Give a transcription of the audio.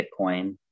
Bitcoin